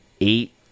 eight